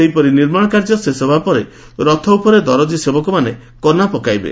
ସେହିପରି ନିର୍ମାଣ କାର୍ଯ୍ୟ ଶେଷ ହେବା ପରେ ରଥ ଉପରେ ଦରଜୀ ସେବକମାନେ କନା ପକାଇବେ